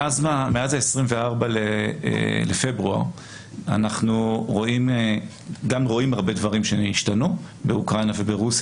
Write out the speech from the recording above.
מאז ה-24 בפברואר אנחנו גם רואים הרבה דברים שהשתנו באוקראינה וברוסיה